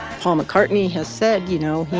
paul mccartney has said, you know,